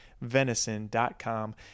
venison.com